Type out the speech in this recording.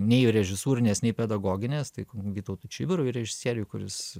nei režisūrinės nei pedagoginės taip vytautui čibirui režisieriui kuris